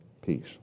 peace